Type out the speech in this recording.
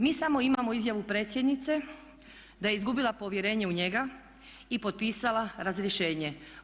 Mi samo imamo izjavu predsjednice da je izgubila povjerenje u njega i potpisala razrješenje.